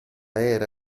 era